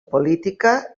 política